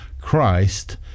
Christ